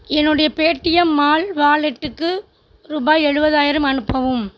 என்னுடைய Paytm Mall வாலெட்டுக்கு ரூபாய் எழுபதாயிரம் அனுப்பவும்